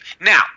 now